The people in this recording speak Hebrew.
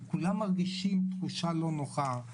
כולם מרגישים תחושה לא נוחה.